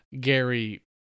Gary